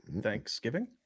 Thanksgiving